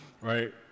right